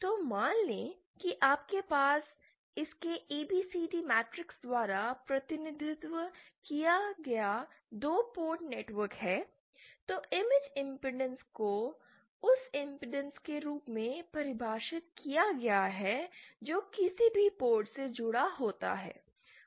तो मान लें कि आपके पास इसके ABCD मैट्रिक्स द्वारा प्रतिनिधित्व किया गया दो पोर्ट नेटवर्क है तो इमेज इमपेडेंस को उस इमपेडेंस के रूप में परिभाषित किया गया है जो किसी भी पोर्ट से जुड़ा होता है